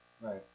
Right